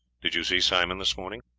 did you see simon this morning?